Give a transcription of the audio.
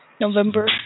November